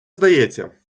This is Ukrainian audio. здається